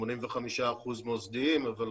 85% מוסדיים, אבל